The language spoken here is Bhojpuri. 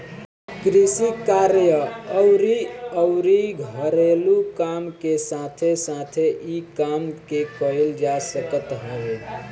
कृषि कार्य अउरी अउरी घरेलू काम के साथे साथे इ काम के कईल जा सकत हवे